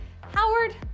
Howard